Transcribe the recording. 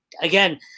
again